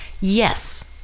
yes